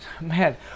man